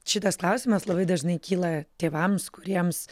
šitas klausimas labai dažnai kyla tėvams kuriems